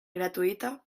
gratuïta